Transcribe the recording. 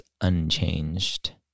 unchanged